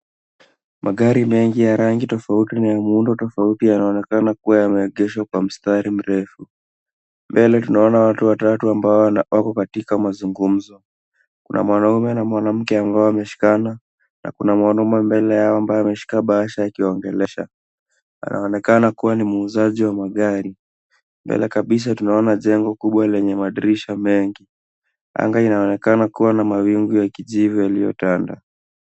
Magari mengi ya rangi tofauti na ya muundo tofauti yanaonekana kuwa yameegeshwa kwa mstari mrefu. Mbele tunaona watu watatu ambao wako katika mazungumzo. Kuna mwanaume na mwanamke ambao wameshikana na kuna mwanaume mbele yao ambaye ameshika bahasha akiwa ongelesha. Anaonekana kuwa ni muuzaji wa magari. Mbele kabisa tunaona jengo kubwa lenye madirisha mengi. Anga inaonekana kuwa na mawingu ya kijivu yaliyotanda.